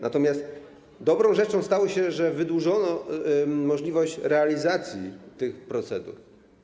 Natomiast dobrą rzeczą jest to, że wydłużono możliwość realizacji tych procedur.